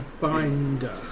Binder